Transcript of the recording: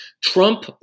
Trump